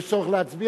יש צורך להצביע?